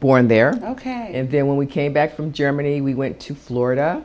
born there ok and then when we came back from germany we went to florida